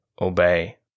obey